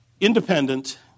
independent